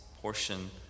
portion